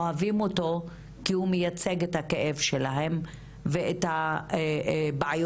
אוהבים אותו כי הוא מייצג את הכאב שלהם ואת הבעיות